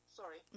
sorry